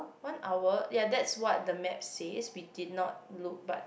one hour ya that is what the map said we did not look but